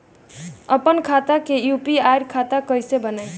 आपन खाता के यू.पी.आई खाता कईसे बनाएम?